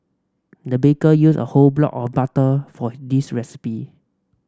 the baker used a whole block or butter for this recipe